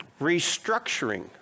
restructuring